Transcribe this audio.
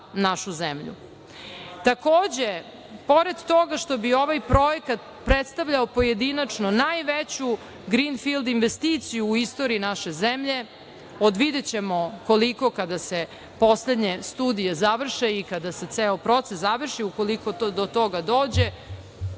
zemlju. Takođe, pored toga što bi ovaj projekat predstavljao pojedinačno najveću grinfild investiciju u istoriji naše zemlje, od videćemo koliko kada se poslednje studije završe i kada se ceo proces završi, ukoliko do toga dođe,